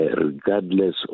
regardless